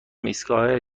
ایستگاه